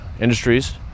Industries